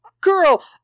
girl